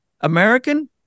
American